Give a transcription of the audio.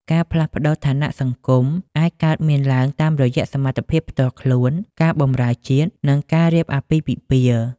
ការផ្លាស់ប្តូរឋានៈសង្គមអាចកើតមានឡើងតាមរយៈសមត្ថភាពផ្ទាល់ខ្លួន ការបម្រើជាតិ និងការរៀបអាពាហ៍ពិពាហ៍។